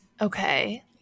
Okay